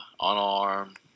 unarmed